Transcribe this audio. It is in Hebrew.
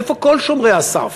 איפה כל שומרי הסף?